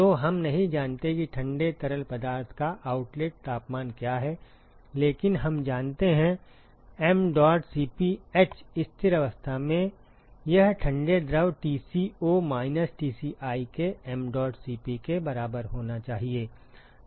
तो हम नहीं जानते कि ठंडे तरल पदार्थ का आउटलेट तापमान क्या है लेकिन हम जानते हैं h स्थिर अवस्था में यह ठंडे द्रव Tco माइनस Tci के mdot Cp के बराबर होना चाहिए